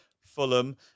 Fulham